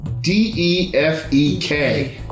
D-E-F-E-K